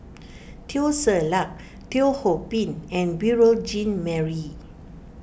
Teo Ser Luck Teo Ho Pin and Beurel Jean Marie